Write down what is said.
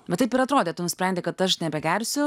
va taip ir atrodė tu nusprendei kad aš nebegersiu